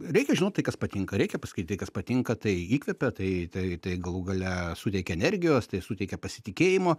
reikia žinot tai kas patinka reikia paskait kas patinka tai įkvepia tai tai tai galų gale suteikia energijos tai suteikia pasitikėjimo